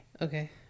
Okay